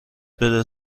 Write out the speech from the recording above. بده